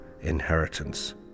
inheritance